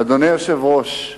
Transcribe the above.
אדוני היושב-ראש,